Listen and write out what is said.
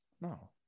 No